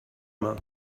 main